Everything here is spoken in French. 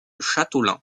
châteaulin